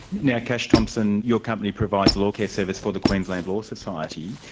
now kash thompson, your company provides law care service for the queensland law society.